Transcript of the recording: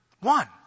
one